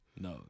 No